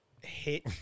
hit